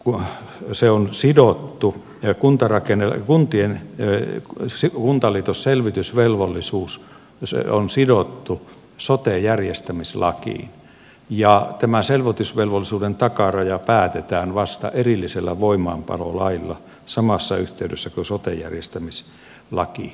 ulla ja se on sidottu kuntarakenne on kuntien pöyry että kuntaliitosselvitysvelvollisuus on sidottu sote järjestämislakiin ja tämän selvitysvelvollisuuden takaraja päätetään vasta erillisellä voimaanpanolailla samassa yhteydessä kun sote järjestämislaki hyväksytään